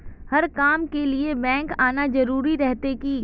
हर काम के लिए बैंक आना जरूरी रहते की?